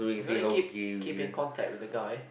I'm gonna keep keep in contact with the guy